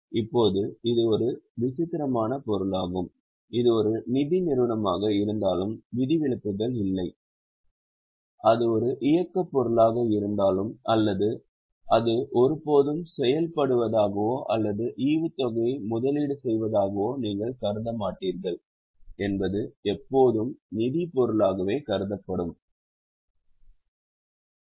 இப்போது இது ஒரு விசித்திரமான பொருளாகும் இது ஒரு நிதி நிறுவனமாக இருந்தாலும் விதிவிலக்குகள் இல்லை அது ஒரு இயக்கப் பொருளாக இருந்தாலும் அல்லது அது ஒருபோதும் செயல்படுவதாகவோ அல்லது ஈவுத்தொகையை முதலீடு செய்வதாகவோ நீங்கள் கருத மாட்டீர்கள் என்பது எப்போதும் நிதிப் பொருளாகக் கருதப்படுகிறது